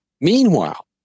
Meanwhile